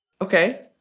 Okay